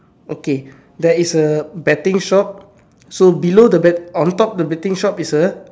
okay there is a betting shop so below the bet on top the betting shop is a